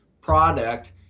product